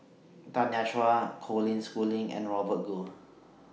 Tanya Chua Colin Schooling and Robert Goh